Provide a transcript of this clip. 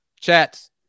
chats